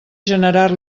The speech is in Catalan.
generar